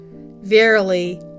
verily